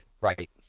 Right